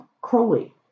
Crowley